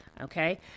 Okay